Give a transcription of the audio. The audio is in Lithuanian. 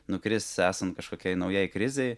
nukris esant kažkokiai naujai krizei